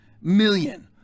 million